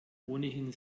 ohnehin